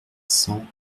cents